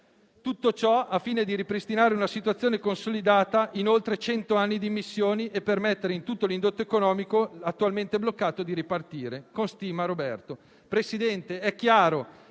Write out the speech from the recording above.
tutto ciò al fine di ripristinare una situazione consolidata in oltre cento anni di immissioni e permettere a tutto l'indotto economico attualmente bloccato di ripartire. Con stima, Roberto».